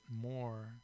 more